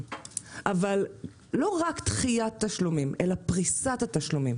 אבל לא רק דחיית תשלומים אלא פריסת התשלומים